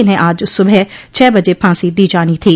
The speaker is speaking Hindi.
इन्हें आज सुबह छह बज फांसी दी जानी थी